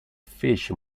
fece